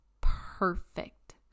perfect